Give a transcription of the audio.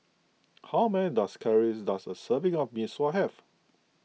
how many calories does a serving of Mee Sua have